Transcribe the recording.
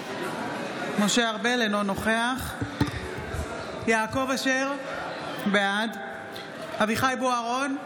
אינו נוכח יעקב אשר, בעד אביחי אברהם בוארון,